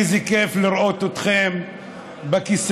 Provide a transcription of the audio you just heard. איזה כיף לראות אתכם בכיסאות,